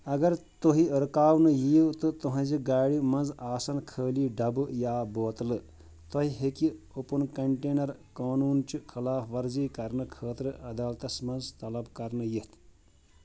اگر تُہۍ رُکاونہٕ یِیوٚ تہٕ تُہٕنٛزِ گاڑِ منٛز آسن کھٲلی ڈبہٕ یا بوتلہٕ ، تۄہہِ ہیٚكہِ اوپن كنٹینر قونوٗنٕچہِ خلاف ورزی كرنہٕ خٲطرٕعدالتس منز طلب كرنہٕ یِتھ